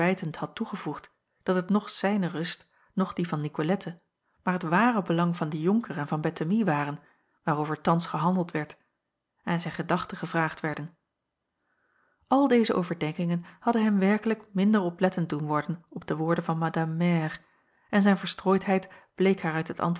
verwijtend had toegevoegd dat het noch zijne rust noch die van nicolette maar t ware belang van den jonker en van bettemie waren waarover thans gehandeld werd en zijn gedachten gevraagd werden al deze overdenkingen hadden hem werkelijk minder oplettend doen worden op de woorden van madame mère en zijn verstrooidheid bleek haar uit het